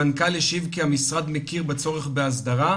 המנכ"ל השיב כי המשרד מכיר בצורך בהסדרה,